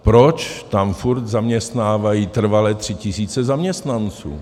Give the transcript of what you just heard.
Proč tam furt zaměstnávají trvale tři tisíce zaměstnanců?